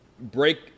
break